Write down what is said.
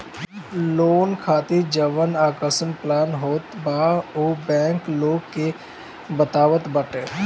loan खातिर जवन आकर्षक प्लान होत बा उहो बैंक लोग के बतावत बाटे